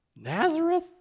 Nazareth